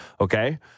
Okay